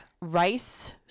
Rice